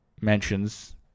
mentions